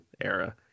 era